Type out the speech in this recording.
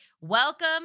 Welcome